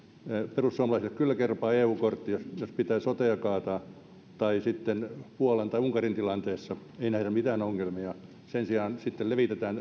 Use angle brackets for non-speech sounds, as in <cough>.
perussuomalaisille kyllä kelpaa eu kortti jos pitää sotea kaataa mutta sitten puolan tai unkarin tilanteessa ei nähdä mitään ongelmia sen sijaan levitetään <unintelligible>